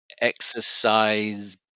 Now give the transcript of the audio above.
Exercise